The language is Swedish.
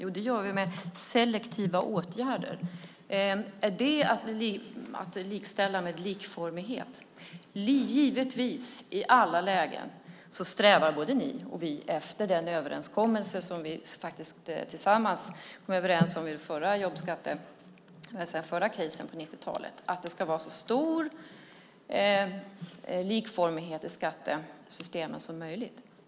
Det ska man göra med selektiva åtgärder. Är det att likställa med likformighet? I alla lägen strävar givetvis både ni och vi efter den överenskommelse som vi faktiskt träffade under den förra krisen på 90-talet, nämligen att det ska vara så stor likformighet i skattesystemen som möjligt.